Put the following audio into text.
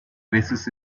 veces